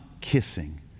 kissing